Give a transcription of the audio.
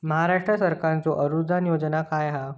महाराष्ट्र शासनाचो अनुदान योजना काय आसत?